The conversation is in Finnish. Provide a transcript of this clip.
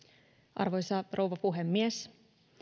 arvoisa rouva puhemies